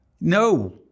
No